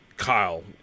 Kyle